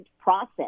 process